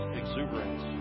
exuberance